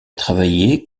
travaillé